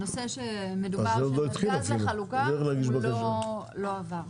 הנושא שמדובר, של נתג"ז לחלוקה, הוא לא עבר.